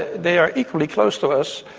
they are equally close to us.